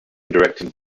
directed